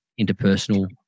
interpersonal